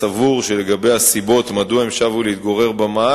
כדי שלא ליצור את הרושם שהוא ראש מדינה.